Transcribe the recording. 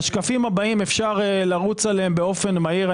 השקפים הבאים, אפשר לרוץ עליהם במהירות.